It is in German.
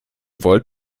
wollt